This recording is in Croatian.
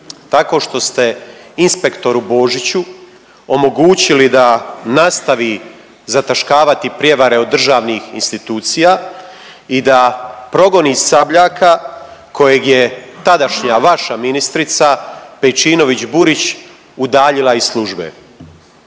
Tako što ste inspektoru Božiću omogućili da nastavi zataškavati prijevare od državnih institucija i da progoni Sabljaka kojeg je tadašnja vaša ministrica Pejčinović Burić udaljila iz službe.